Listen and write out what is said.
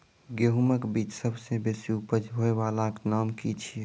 गेहूँमक बीज सबसे बेसी उपज होय वालाक नाम की छियै?